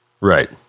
Right